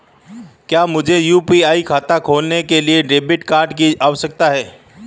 क्या मुझे यू.पी.आई खाता खोलने के लिए डेबिट कार्ड की आवश्यकता है?